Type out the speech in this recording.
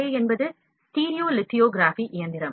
ஏ என்பது stereo lithography இயந்திரம்